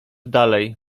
dalej